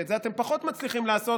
את זה אתם פחות מצליחים לעשות,